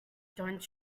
don’t